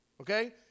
Okay